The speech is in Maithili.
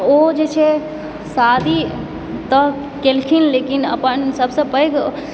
ओ जे छै शादी तऽ केलखिन लेकिन अपन सभसँ पैघ